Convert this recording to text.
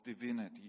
divinity